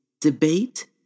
Debate